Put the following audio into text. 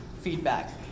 feedback